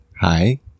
Hi